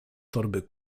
torby